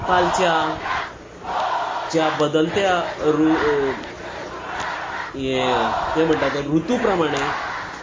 कालच्या ज्या बदलत्या ते म्हणटा तें ऋतू प्रमाणे